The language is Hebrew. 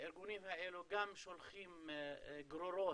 שהארגונים האלה גם שולחים גרורות